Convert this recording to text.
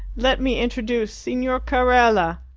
let me introduce signor carella!